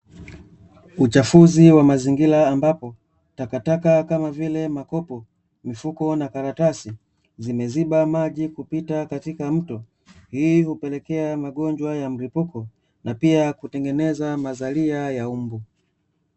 Uchafuzi wa mazingira ambapo takataka, kama vile: makopo, mifuko na karatasi, zimeziba maji kupita katika mto, hii hupelekea magonjwa ya mlipuko na pia kutengeneza mazalia ya mbu.